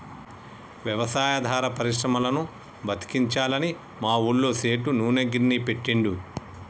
వ్యవసాయాధార పరిశ్రమలను బతికించాలని మా ఊళ్ళ సేటు నూనె గిర్నీ పెట్టిండు